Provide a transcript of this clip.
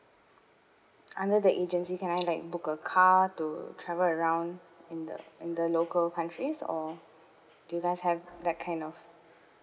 under the agency can I like book a car to travel around in the in the local countries or do you guys have that kind of